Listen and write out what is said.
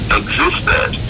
existed